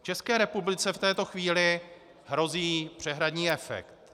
České republice v této chvíli hrozí přehradní efekt.